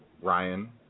Ryan